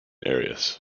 areas